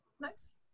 Nice